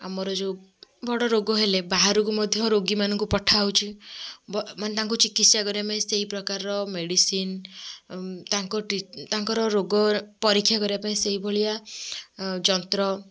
ଆମର ଯେଉଁ ବଡ଼ ରୋଗ ହେଲେ ବାହାରକୁ ମଧ୍ୟ ରୋଗୀମାନଙ୍କୁ ପଠାହେଉଛି ମାନେ ତାଙ୍କୁ ଚିକିତ୍ସା କରିବା ପାଇଁ ସେଇପ୍ରକାରର ମେଡ଼ିସିନ୍ ତାଙ୍କ ଟ୍ରିଟ ତାଙ୍କର ରୋଗ ପରୀକ୍ଷା କରିବା ପାଇଁ ସେଇଭଳିଆ ଯନ୍ତ୍ର